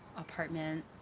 apartment